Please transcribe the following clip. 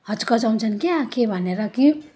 हच्कचाउँछन् क्या के भनेर कि